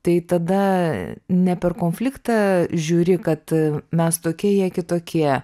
tai tada ne per konfliktą žiūri kad mes tokie jie kitokie